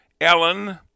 Ellen